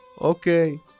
okay